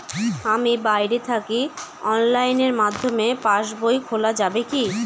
আমি বাইরে থাকি অনলাইনের মাধ্যমে পাস বই খোলা যাবে কি?